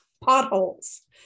potholes